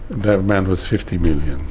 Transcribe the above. that amount was fifty million,